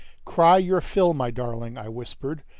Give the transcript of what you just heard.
cry your fill, my darling, i whispered,